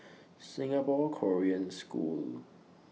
Singapore Korean School